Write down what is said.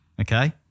okay